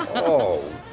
oh,